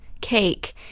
cake